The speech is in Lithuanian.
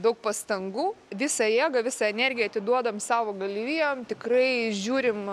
daug pastangų visa jėgą visą energiją atiduodam savo galvijam tikrai žiūrim